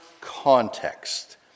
context